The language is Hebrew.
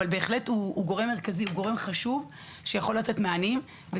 אבל הוא בהחלט גורם מרכזי וחשוב שיכול לתת מענים.